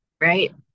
Right